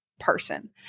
person